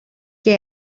και